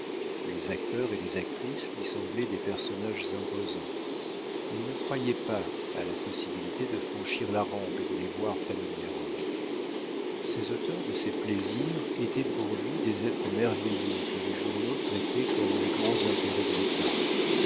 les acteurs et les actrices lui semblaient des personnages imposants il ne croyait pas à la possibilité de franchir la rampe et de les voir familièrement ces auteurs de ses plaisirs étaient pour lui des êtres merveilleux que les journaux traitaient comme les grands intérêts de l'état